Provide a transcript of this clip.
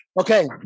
Okay